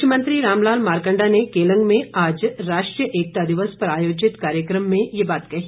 कृषि मंत्री रामलाल मारकंडा ने केलंग में आज राष्ट्रीय एकता दिवस पर आयोजित कार्यक्रम में ये बात कही